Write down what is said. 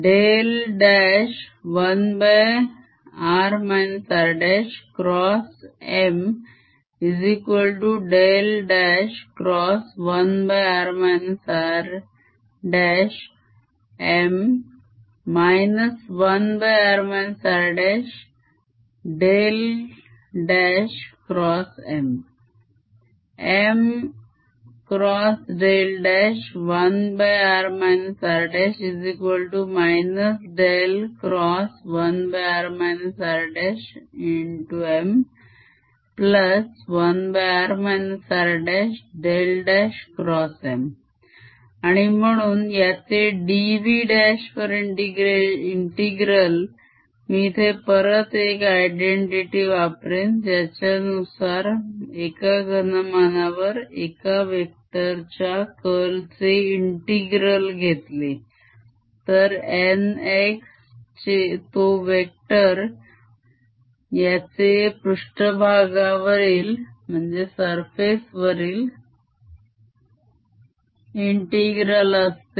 1r rMr×1r rMr 1r rMr Mr×1r r ×1r rMr1r rMr आणि म्हणून याचे dv' वर integral मी इथे परत एक identity वापरेन ज्याच्यानुसार एका घनमानावर एका वेक्टर च्या curl चे integral घेतले तर nx तो वेक्टर याचे पृष्ठभागावरील integral असते